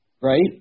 right